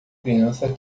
criança